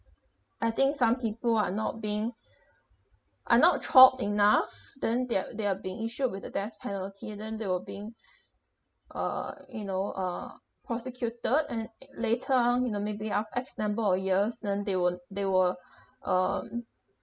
I think some people are not being are not tried enough then they are they are being issued with a death penalty and then they were being uh you know uh prosecuted and later on you know maybe of X number of years then they were they were um